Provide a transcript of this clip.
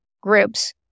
groups